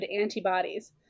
antibodies